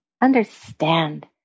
Understand